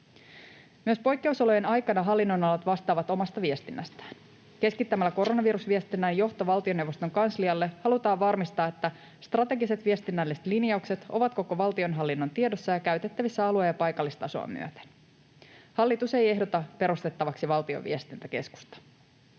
Myös poikkeusolojen aikana hallinnonalat vastaavat omasta viestinnästään. Keskittämällä koronavirusviestinnän johto valtioneuvoston kanslialle halutaan varmistaa, että strategiset viestinnälliset linjaukset ovat koko valtionhallinnon tiedossa ja käytettävissä alue- ja paikallistasoa myöten. Hallitus ei ehdota perustettavaksi Valtion viestintäkeskusta.